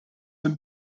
wenn